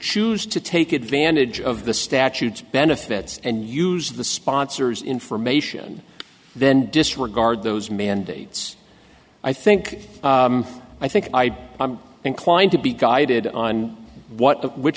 choose to take advantage of the statutes benefits and use of the sponsors information then disregard those mandates i think i think i'd be inclined to be guided on what of which